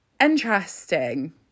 interesting